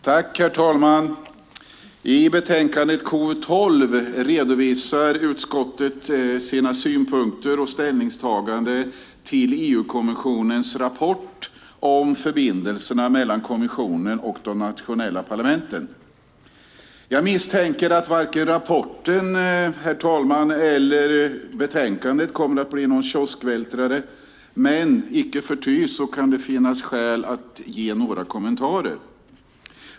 Herr talman! I utlåtandet KU12 redovisar utskottet sina synpunkter och ställningstaganden när det gäller EU-kommissionens rapport om förbindelserna mellan kommissionen och de nationella parlamenten. Jag misstänker att varken rapporten, herr talman, eller utlåtandet kommer att bli någon kioskvältare, men icke förty kan det finnas skäl att ge några kommentarer.